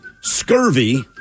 Scurvy